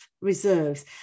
reserves